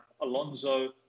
Alonso